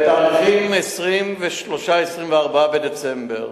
בתאריכים 23 24 בדצמבר